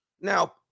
Now